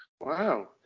wow